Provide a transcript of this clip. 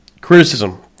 criticism